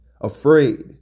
afraid